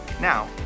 Now